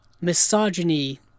Misogyny